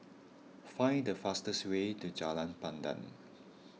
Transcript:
find the fastest way to Jalan Pandan